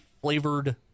flavored